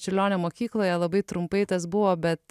čiurlionio mokykloje labai trumpai tas buvo bet